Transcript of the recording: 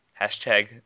Hashtag